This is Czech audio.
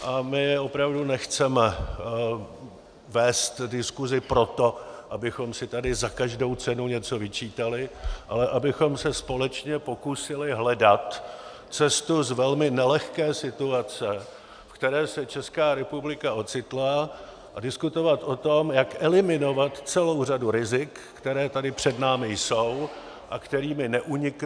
A my opravdu nechceme vést diskusi proto, abychom si tady za každou cenu něco vyčítali, ale abychom se společně pokusili hledat cestu z velmi nelehké situace, ve které se Česká republika ocitla, a diskutovat o tom, jak eliminovat celou řadu rizik, která tady před námi jsou a kterým neunikneme.